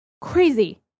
Crazy